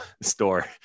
store